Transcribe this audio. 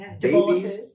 babies